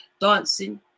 dancing